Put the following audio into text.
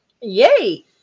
Yay